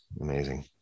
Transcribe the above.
amazing